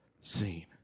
seen